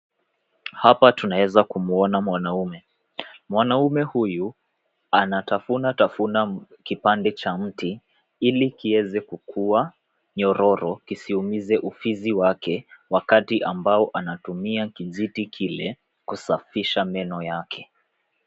Hapa tunaeza kumuona mwanaume. Mwanaume huyu anatafuna tafuna kipande cha mti ili kieze kukuwa nyororo kisiumize ufizi wake wakati ambao anatumia kijiti kile kusafisha meno yake.